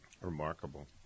Remarkable